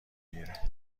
گیره